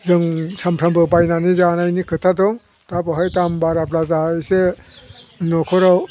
जों सानफ्रोमबो बायनानै जानायनि खोथा दं दा बेवहाय दाम बाराबा जोंहा इसे न'खराव